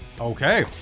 okay